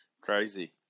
crazy